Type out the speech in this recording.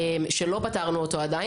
זה נושא שלא פתרנו עדיין.